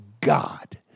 God